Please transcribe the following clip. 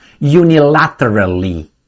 unilaterally